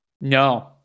no